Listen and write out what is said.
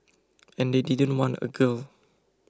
and they didn't want a girl